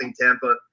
Tampa